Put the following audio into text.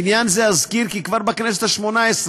בעניין זה אזכיר כי כבר בכנסת השמונה-עשרה,